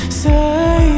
say